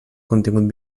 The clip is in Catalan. contingut